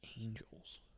Angels